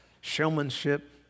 showmanship